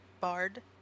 bard